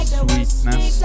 sweetness